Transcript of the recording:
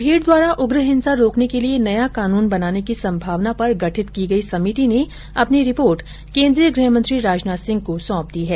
भीड़ द्वारा उग्र हिंसा रोकने के लिए नया कानून बनाने की संभावना पर गठित की गई समिति ने अपनी रिपोर्ट केंद्रीय गृहमंत्री राजनाथ सिंह को सौंप दी है